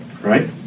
right